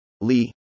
Lee